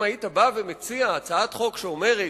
אם היית בא ומציע הצעת חוק שאומרת: